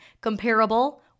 comparable